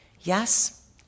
Yes